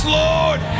lord